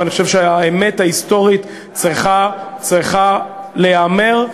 ואני חושב שהאמת ההיסטורית צריכה להיאמר,